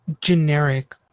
generic